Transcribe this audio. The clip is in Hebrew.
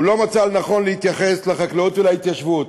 הוא לא מצא לנכון להתייחס לחקלאות ולהתיישבות.